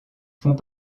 font